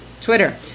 Twitter